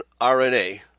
RNA